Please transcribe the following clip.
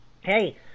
Hey